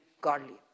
godly